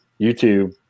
youtube